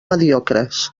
mediocres